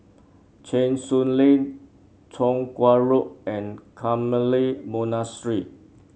Cheng Soon Lane Chong Kuo Road and Carmelite Monastery